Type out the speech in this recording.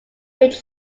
ridge